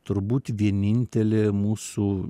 turbūt vienintelė mūsų